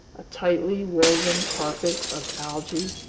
a tightly woven carpet of algae,